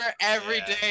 everyday